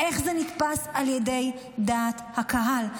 איך זה נתפס על ידי דעת הקהל?